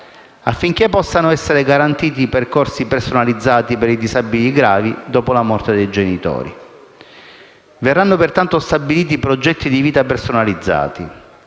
affinché possano essere garantiti percorsi personalizzati per i disabili gravi dopo la morte dei genitori. Verranno pertanto stabiliti progetti di vita personalizzati.